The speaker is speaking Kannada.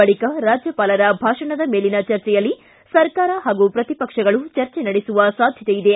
ಬಳಿಕ ರಾಜ್ಯಪಾಲರ ಭಾಷಣದ ಮೇಲಿನ ಚರ್ಚೆಯಲ್ಲಿ ಸರ್ಕಾರ ಹಾಗೂ ಪ್ರತಿಪಕ್ಷಗಳು ಚರ್ಚೆ ನಡೆಸುವ ಸಾಧ್ಯತೆಯಿದೆ